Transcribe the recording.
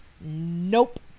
Nope